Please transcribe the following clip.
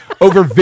over